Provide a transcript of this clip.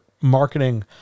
marketing